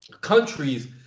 countries